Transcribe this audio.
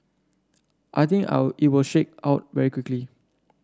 I think I'll it was shake out very quickly